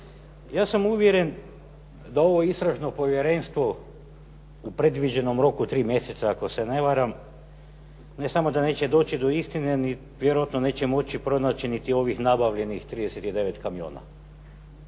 ja sam uvjeren da ovo Istražno povjerenstvo u predviđenom roku od tri mjeseca, ako se ne varam, ne samo da neće doći do istine, ni vjerojatno neće moći pronaći niti ovih nabavljenih 39 kamiona.